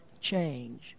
change